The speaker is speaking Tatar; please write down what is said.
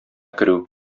керү